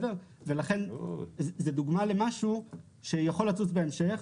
לכן זה משהו שיכול לצוץ בהמשך,